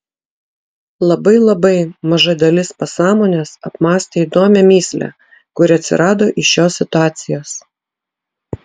labai labai maža dalis pasąmonės apmąstė įdomią mįslę kuri atsirado iš šios situacijos